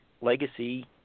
legacy